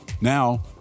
Now